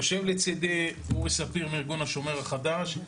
יושב לצדי אורי ספיר מארגון השומר החדש.